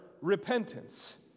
repentance